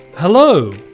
Hello